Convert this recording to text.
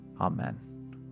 Amen